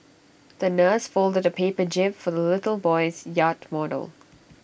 the nurse folded A paper jib for the little boy's yacht model